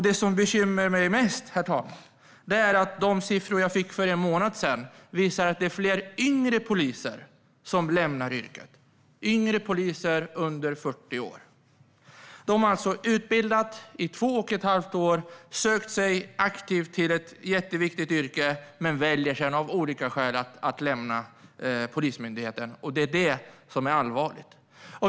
Det som bekymrar mig mest, herr talman, är att de siffror jag fick för en månad sedan visar att det är fler yngre poliser som lämnar yrket - poliser under 40 år. De har alltså utbildats i två och ett halvt år och aktivt sökt sig till ett jätteviktigt yrke men väljer sedan av olika skäl att lämna Polismyndigheten. Det är detta som är allvarligt.